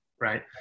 Right